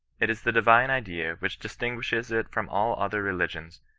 it is the divine idea which distinguishes it from all other religions,